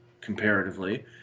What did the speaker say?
comparatively